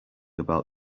about